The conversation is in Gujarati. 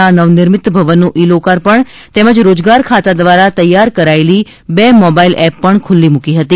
ના નવનિર્મિત ભવનનું ઇ લોકાર્પણ તેમજ રોજગાર ખાતા દ્વારા તૈયાર કરાયેલી બે મોબાઇલ એપ પણ ખુલ્લી મૂકી હતી